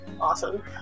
awesome